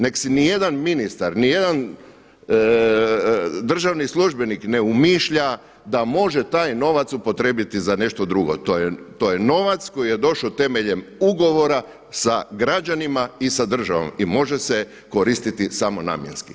Neka si niti jedan ministar, ni jedan državni službenik ne umišlja da može taj novac upotrijebiti za nešto drugo, to je novac koji je došao temeljem ugovora sa građanima i sa državom i može se koristiti samo namjenski.